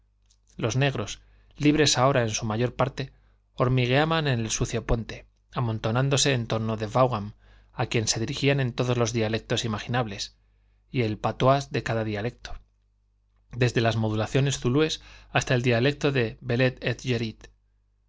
los negros libres ahora en su mayor parte hormigueaban en el sucio puente amontonándose en torno de vaughan a quien se dirigían en todos los dialectos imaginables y en el patois de cada dialecto desde las modulaciones zulúes hasta el dialecto de